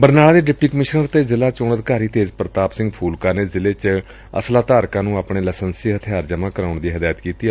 ਬਰਨਾਲਾ ਦੇ deputy commissioner ਅਤੇ ਜ਼ਿਲ੍ਹਾ ਚੋਣ ਅਧਿਕਾਰੀ ਤੇਜ ਪ੍ਤਾਪ ਸਿਘ ਫੂਲਕਾ ਨੇ ਜ਼ਿਲ੍ਹੇ ਚ ਅਸਲਾ ਧਾਰਕਾਂ ਨੂੰ ਆਪਣੇ ਲਾਇਸੈਂਸੀ ਹਥਿਆਰ ਜਮ੍ਹਾਂ ਕਰਾਉਣ ਦੀ ਹਦਾਇਤ ਕੀਤੀ ਏ